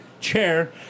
chair